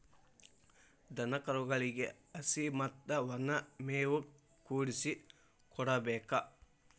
ದನಕರುಗಳಿಗೆ ಹಸಿ ಮತ್ತ ವನಾ ಮೇವು ಕೂಡಿಸಿ ಕೊಡಬೇಕ